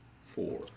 four